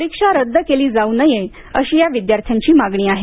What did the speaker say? परीक्षा रद्द केली जाऊ नये अशी या विद्यार्थ्यांची मागणी आहे